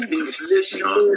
inflation